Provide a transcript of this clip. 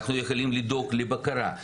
אנחנו יכולים לדאוג לבקרה.